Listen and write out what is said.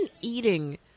eating